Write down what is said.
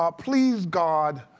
ah please, god,